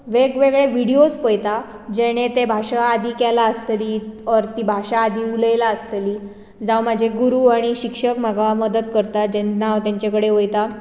वेगवेगळें विडियोस पयता जेणे तें भाशा आदी केलां आसतली ओर ती भाशा आदी उलयलां आसतली जावं म्हाजे गुरु आनी शिक्षक म्हाका मदत करतां जेन्ना हांव तेंचे कडेन वयतां